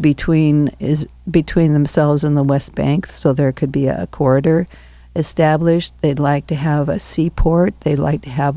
between is between themselves in the west bank so there could be a corridor established they'd like to have a seaport they like to have